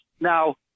Now